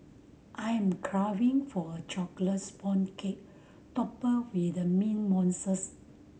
I am craving for a chocolate sponge cake topped with mint mousses